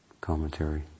commentary